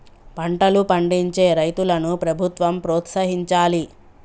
పంటలు పండించే రైతులను ప్రభుత్వం ప్రోత్సహించాలి